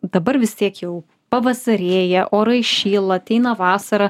dabar vis tiek jau pavasarėja orai šyla ateina vasara